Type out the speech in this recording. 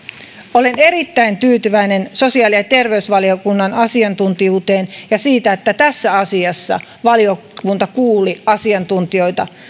olen erittäin tyytyväinen sosiaali ja terveysvaliokunnan asiantuntijuuteen ja siihen että tässä asiassa valiokunta kuuli asiantuntijoita